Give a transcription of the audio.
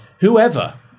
Whoever